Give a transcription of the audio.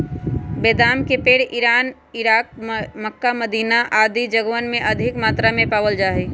बेदाम के पेड़ इरान, इराक, मक्का, मदीना आदि जगहवन में अधिक मात्रा में पावल जा हई